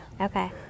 Okay